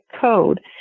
code